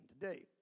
today